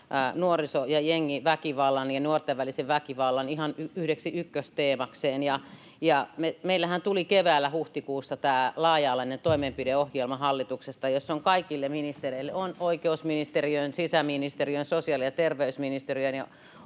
nuoriso- ja jengiväkivallan ja nuorten välisen väkivallan ihan yhdeksi ykkösteemakseen, ja meillähän tuli keväällä, huhtikuussa, hallituksesta tämä laaja-alainen toimenpideohjelma, jossa on kaikille ministeriöille, oikeusministeriöön, sisäministeriöön, sosiaali- ja terveysministeriöön